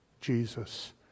Jesus